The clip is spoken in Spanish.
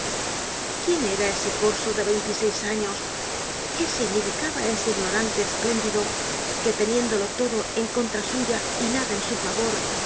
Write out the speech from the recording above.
quién era ese corso de veintiseis años qué significaba ese ignorante espléndido que teniéndolo todo en contra suya y nada en su favor